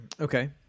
Okay